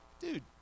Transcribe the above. Dude